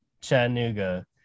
Chattanooga